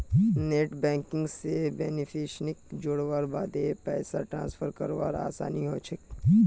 net banking स बेनिफिशियरीक जोड़वार बादे पैसा ट्रांसफर करवा असान है जाछेक